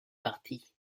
partie